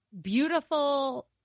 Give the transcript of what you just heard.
beautiful